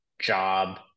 job